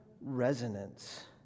resonance